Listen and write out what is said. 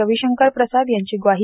रविशंकर प्रसाद यांची ग्वाही